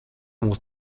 mūs